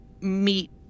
meet